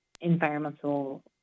environmental